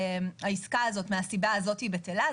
מהסיבה הזו בטלה.